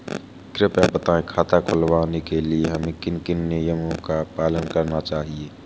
कृपया बताएँ खाता खुलवाने के लिए हमें किन किन नियमों का पालन करना चाहिए?